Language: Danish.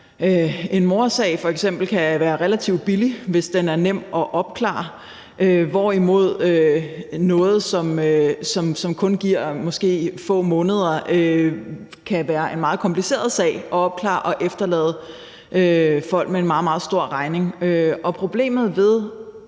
kan jo f.eks. være relativt billig, hvis den er nem at opklare, hvorimod noget, som måske kun giver få måneder, kan være en meget kompliceret sag at opklare og efterlade folk med en meget, meget stor regning.